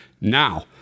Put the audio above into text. Now